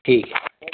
ठीक है